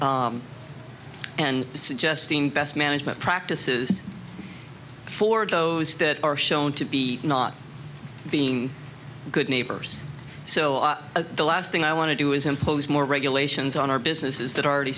and suggesting best management practices for those that are shown to be not being good neighbors so the last thing i want to do is impose more regulations on our businesses that are already